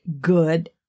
good